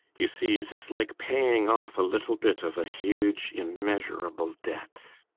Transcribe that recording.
you see it is like paying off a little bit of a huge, immeasurable debt